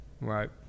Right